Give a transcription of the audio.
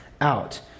out